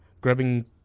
Grabbing